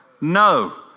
No